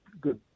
good